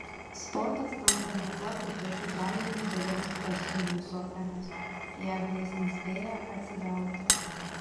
sportas tampa niekuo kitu kaip dar vienu dideliu stresu jūsų organizmui jeigu jis nespėja atsigauti